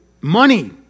money